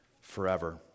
forever